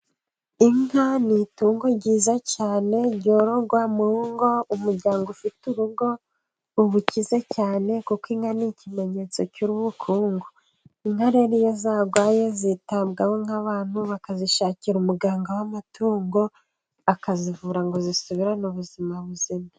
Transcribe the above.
Inka ni itungo ryiza cyane ryororerwa mu ngo, umuryango ufite urugo rukize cyane kuko inka ni ikimenyetso cy' ubukungu, inka iyo zarwaye zitabwaho nk' abantu bakazishakira umuganga w' amatungo, akazivura ngo zisubirane ubuzima buzima.